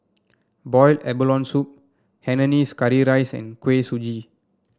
Boiled Abalone Soup Hainanese Curry Rice and Kuih Suji